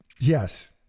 Yes